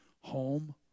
home